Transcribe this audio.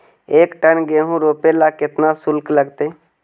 एक टन गेहूं रोपेला केतना शुल्क लगतई?